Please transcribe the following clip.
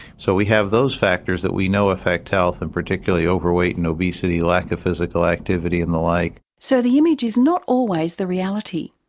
so we have those factors that we know affect health and particularly overweight and obesity, lack of physical activity and the like. so the image is not always the reality.